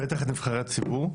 בטח את נבחרי הציבור,